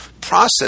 process